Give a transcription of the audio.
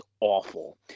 awful